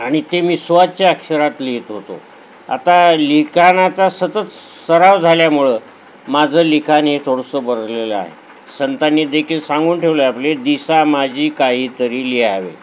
आणि ते मी सुवाच्य अक्षरात लिहित होतो आता लिखाणाचा सतत सराव झाल्यामुळे माझं लिखाण हे थोडंसं भरलेलं आहे संतांनी देखील सांगून ठेवलं आपली दिसा माझी काहीतरी लिहावे